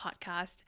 podcast